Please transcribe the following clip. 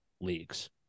leagues